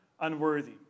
unworthy